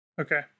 Okay